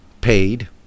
paid